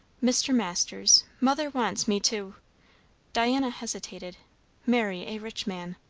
mr. masters, mother wants me to diana hesitated marry a rich man.